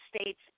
States